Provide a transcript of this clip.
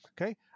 Okay